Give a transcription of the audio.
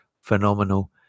phenomenal